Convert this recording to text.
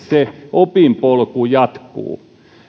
opinpolku jatkuu